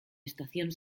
estación